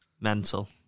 Mental